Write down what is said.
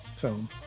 film